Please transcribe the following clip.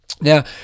Now